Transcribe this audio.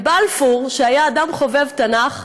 ובלפור, שהיה אדם חובב תנ"ך,